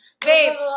babe